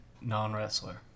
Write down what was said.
non-wrestler